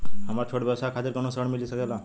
हमरे छोट व्यवसाय खातिर कौनो ऋण मिल सकेला?